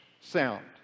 sound